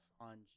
on